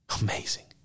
Amazing